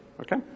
okay